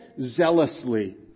zealously